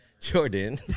Jordan